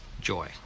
Joy